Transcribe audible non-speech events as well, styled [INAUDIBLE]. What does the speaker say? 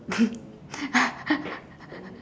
[LAUGHS]